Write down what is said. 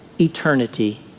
eternity